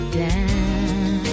down